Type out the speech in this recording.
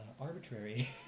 arbitrary